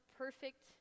perfect